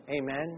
Amen